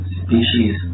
species